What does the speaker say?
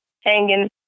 hanging